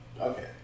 okay